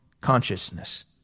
consciousness